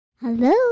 Hello